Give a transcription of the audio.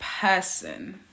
person